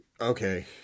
okay